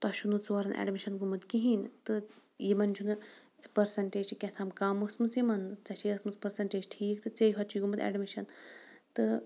تۄہہِ چھُنہٕ ژورَن ایڈمِشَن گوٚمُت کِہیٖنۍ تہٕ یِمَن چھُنہٕ پٔرسَنٹیج چھِ کیٚنٛہہ تام کَم ٲسمٕژ یِمَن ژےٚ چھے ٲسمٕژ پٔرسَنٹیج ٹھیٖک تہٕ ژَیٚیہِ ہوت چھِ گوٚمُت ایڈمِشَن تہٕ